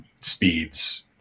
speeds